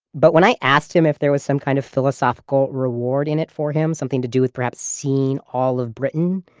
but when i asked him if there was some kind of philosophical reward in it for him, something to do with perhaps seeing all of britain,